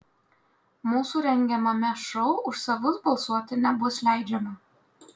mūsų rengiamame šou už savus balsuoti nebus leidžiama